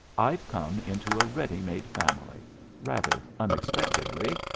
i've come into a ready-made family rather unexpectedly,